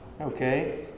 okay